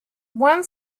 one